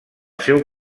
seu